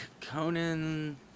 Conan